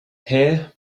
hare